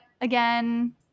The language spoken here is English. again